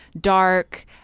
dark